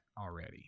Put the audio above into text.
already